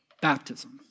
Baptism